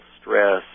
stress